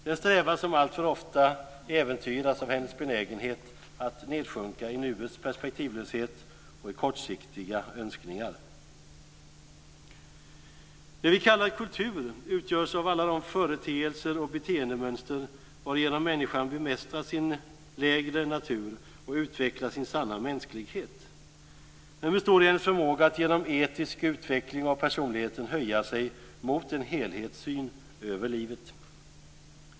Det är en strävan som alltför ofta äventyras av hennes benägenhet att nedsjunka i nuets perspektivlöshet och i kortsiktiga önskningar. Det vi kallar kultur utgörs av alla de företeelser och beteendemönster varigenom människan bemästrar sin lägre natur och utvecklar sin sanna mänsklighet. Den består i en förmåga att genom etisk utveckling av personligheten höja sig mot en helhetssyn över livet.